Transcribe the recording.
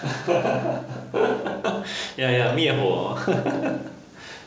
ya ya 灭火 hor